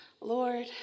Lord